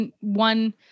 one-